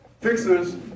Fixers